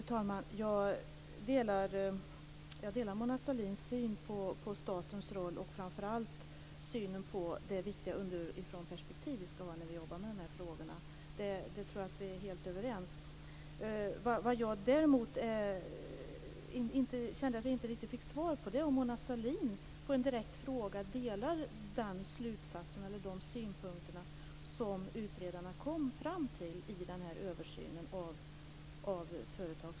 Fru talman! Jag delar Mona Sahlins syn på statens roll och framför allt synen på det viktiga underifrånperspektiv vi ska ha när vi jobbar med frågorna. Där tror jag att vi är helt överens. Vad jag däremot kände att jag inte riktigt fick svar på var den direkta frågan om Mona Sahlin delar den slutsats eller de synpunkter som utredarna kom fram till i översynen av företagsstöd.